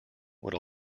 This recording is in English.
would